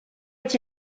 est